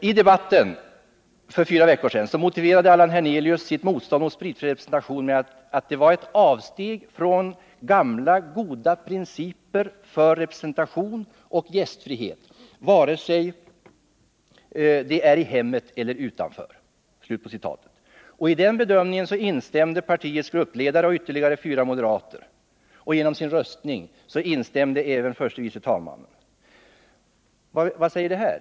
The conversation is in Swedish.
I debatten för fyra veckor sedan motiverade Allan Hernelius sitt motstånd mot spritfri representation med att det var ”ett avsteg från gamla goda principer för representation och gästfrihet vare sig det är i hemmet eller utanför”. I den bedömningen instämde partiets gruppledare och ytterligare fyra moderater, och genom sin röstning instämde även förste vice talmannen. Vad säger det här?